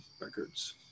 records